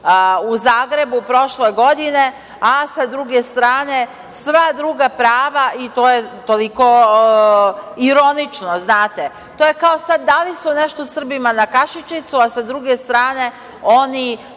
u Zagrebu prošle godine, a sa druge strane, sva druga prava, i to je toliko ironično. Znate, to je kao dali su nešto Srbima na kašičicu, a sa druge strane oni